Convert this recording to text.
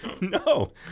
No